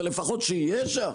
אבל לפחות שיהיה שם,